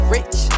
Rich